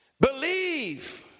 believe